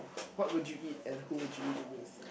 what would you eat and who would you eat with